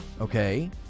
okay